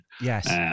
Yes